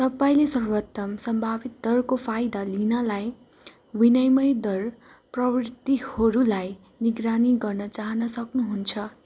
तपाईँँले सर्वोत्तम सम्भावित दरको फायदा लिनलाई विनिमय दर प्रवृत्तिहरूलाई निगरानी गर्न चाहन सक्नुहुन्छ